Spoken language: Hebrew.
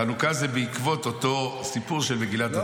חנוכה זה בעקבות אותו סיפור של מגילת אנטיוכוס.